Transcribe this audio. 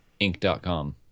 inc.com